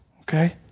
Okay